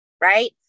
right